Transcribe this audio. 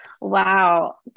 Wow